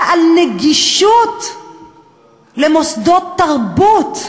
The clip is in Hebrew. אלא על הנגישות של מוסדות תרבות,